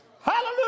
Hallelujah